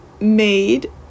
made